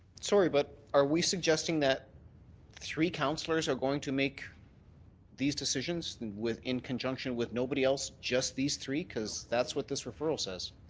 sorry, but are we suggesting that three councillors are going to make these decisions in conjunction with nobody else, just these three? because that's what this referral says.